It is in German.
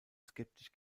skeptisch